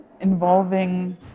involving